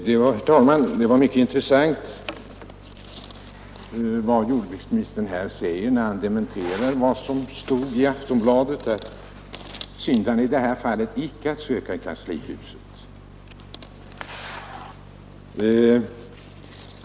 Herr talman! Det var mycket intressant att jordbruksministern dementerar vad som stod i Aftonbladet och menar att syndaren i det här fallet inte är att söka i kanslihuset.